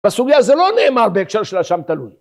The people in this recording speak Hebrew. בסוגיה הזו לא נאמר בהקשר של אשם תלוי.